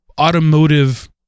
automotive